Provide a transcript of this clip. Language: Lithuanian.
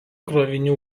krovinių